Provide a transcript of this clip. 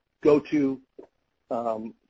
go-to